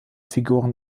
figuren